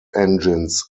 engines